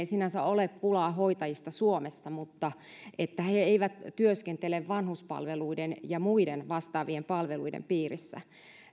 sinänsä ole pulaa hoitajista mutta he eivät työskentele vanhuspalveluiden ja muiden vastaavien palveluiden piirissä